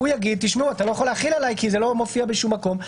הוא יגיד: אתה לא יכול להחיל עליי כי זה לא מופיע בשום מקום,